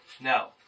No